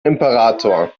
imperator